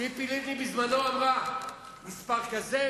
ציפי לבני אמרה בזמנו מספר כזה,